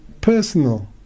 personal